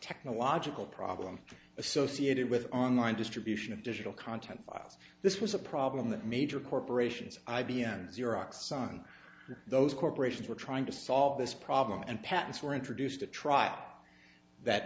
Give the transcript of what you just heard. technological problem associated with online distribution of digital content files this was a problem that major corporations i b m xerox sun those corporations were trying to solve this problem and patents were introduced at trial that